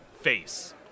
face